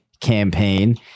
campaign